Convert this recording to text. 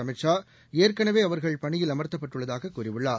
அமித் ஷா ஏற்கனவே அவர்கள் பணியில் அமர்த்தப்பட்டுள்ளதாக கூறியுள்ளார்